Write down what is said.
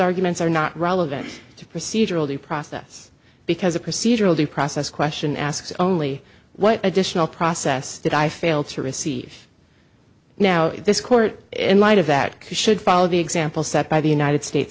arguments are not relevant to procedural due process because a procedural due process question asks only what additional process did i fail to receive now this court in light of that should follow the example set by the united states